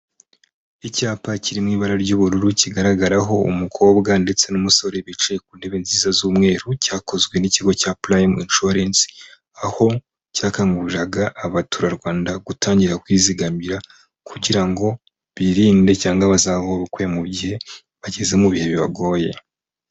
Icyapa kiri mu ibara ry'ubururu, kigaragaraho umukobwa ndetse n'umusore bicaye ku ntebe nziza z'umweru, cyakozwe n'ikigo cya Prime inshuwarensi, aho cyakanguriraraga abaturarwanda gutangira kwizigamira, kugira ngo birinde cyangwa bazagobokwe mu gihe bageze mu bihe bibagoye.